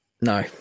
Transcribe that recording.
No